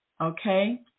okay